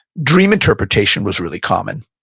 dream interpretation was really common.